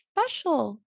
special